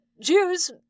Jews